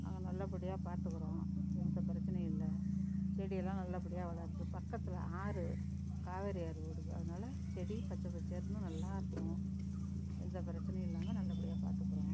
நாங்கள் நல்லபடியாக பாத்துக்கிறோம் எந்த பிரச்சனையும் இல்லை செடியெல்லாம் நல்லபடியாக வளருது பக்கத்தில் ஆறு காவேரி ஆறு ஓடுது அதனால செடி பச்சை பசேல்னு நல்லா இருக்கும் எந்த பிரச்சனையும் இல்லாமல் நல்லபடியாக பாத்துக்கிறோம்